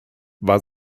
war